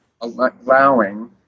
allowing